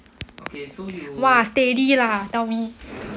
!wah! steady lah tell me